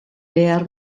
behar